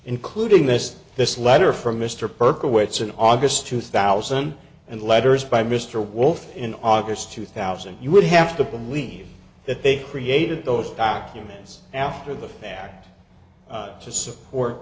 including this this letter from mr perkowitz in august two thousand and letters by mr wolfe in august two thousand you would have to believe that they created those documents after the fact to support